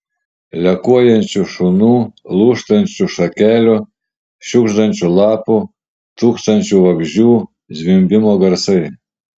lekuojančių šunų lūžtančių šakelių šiugždančių lapų tūkstančių vabzdžių zvimbimo garsai